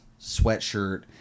sweatshirt